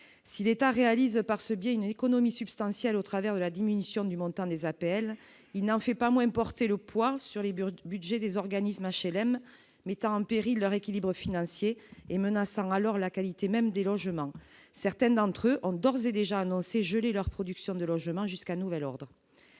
si l'État réalise par ce biais une économie substantielle au travers de la diminution du montant des APL, il n'en fait pas moins porter le poids sur les bureaux du budget des organismes HLM, mettant en péril leur équilibre financier et menaçant alors la qualité même des logements, certaines d'entre eux ont dores et déjà annoncé geler leur production de logements jusqu'à nouvel ordre,